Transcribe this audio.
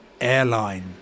airline